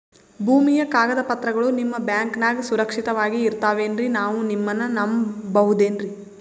ಭೂಮಿಯ ಕಾಗದ ಪತ್ರಗಳು ನಿಮ್ಮ ಬ್ಯಾಂಕನಾಗ ಸುರಕ್ಷಿತವಾಗಿ ಇರತಾವೇನ್ರಿ ನಾವು ನಿಮ್ಮನ್ನ ನಮ್ ಬಬಹುದೇನ್ರಿ?